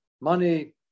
money